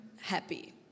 happy